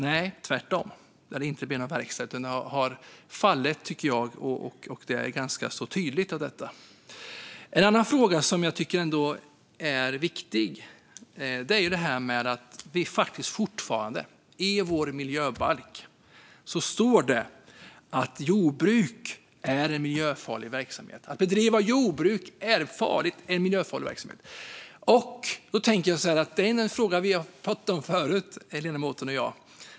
Nej, tvärtom, det har inte blivit någon verkstad, utan konkurrenskraften har tydligt minskat. En annan fråga som jag ändå tycker är viktig är att det fortfarande i miljöbalken står att jordbruk är en miljöfarlig verksamhet. Ledamoten och jag har pratat om denna fråga tidigare.